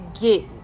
get